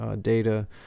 data